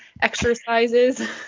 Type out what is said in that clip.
exercises